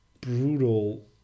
brutal